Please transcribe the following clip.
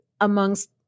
amongst